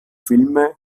filme